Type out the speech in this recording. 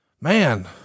man